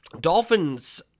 Dolphins